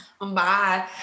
bye